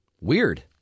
Weird